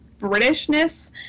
Britishness